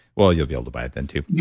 well you'll be able to buy it then too.